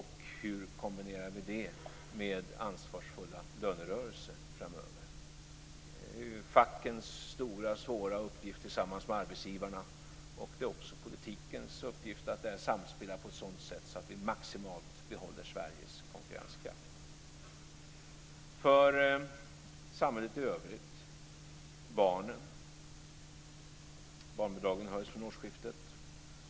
Hur kombinerar vi det med ansvarsfulla lönerörelser framöver? Det här är fackens stora svåra uppgift tillsammans med arbetsgivarna. Det är också politikens uppgift att samspela på ett sådant sätt att vi maximalt behåller Sveriges konkurrenskraft. Sedan har vi samhället i övrigt - barnen. Barnbidragen höjs vid årsskiftet.